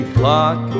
clock